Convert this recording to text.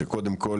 שקודם כל ,